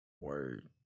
Word